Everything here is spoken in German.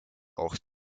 auch